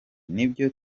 nibyo